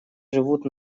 живут